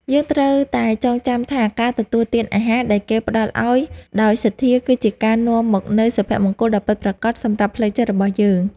យើងត្រូវតែចងចាំថាការទទួលទានអាហារដែលគេផ្តល់ឱ្យដោយសទ្ធា គឺជាការនាំមកនូវសុភមង្គលដ៏ពិតប្រាកដសម្រាប់ផ្លូវចិត្តរបស់យើង។